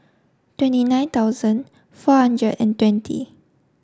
twenty nine thousand four hundred and twenty